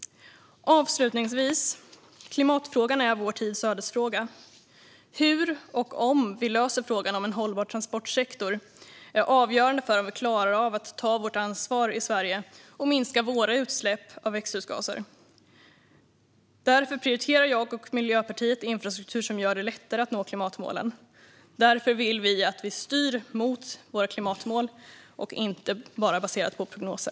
Avslutningsvis: Klimatfrågan är vår tids ödesfråga. Hur och om vi löser frågan om en hållbar transportsektor är avgörande för om vi klarar av att ta vårt ansvar i Sverige och minska våra utsläpp av växthusgaser. Därför prioriterar jag och Miljöpartiet infrastruktur som gör det lättare att nå klimatmålen. Därför vill vi att vi styr mot våra klimatmål och inte bara baserat på prognoser.